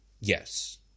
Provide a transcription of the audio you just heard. Yes